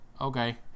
Okay